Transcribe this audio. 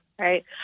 Right